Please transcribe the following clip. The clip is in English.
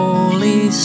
Holy